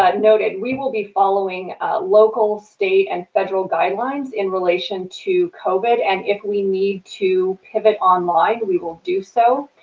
ah noted, we will be following local state and federal guidelines in relation to covid and if we need to pivot online we will do so,